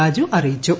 രാജു അറിയിച്ചു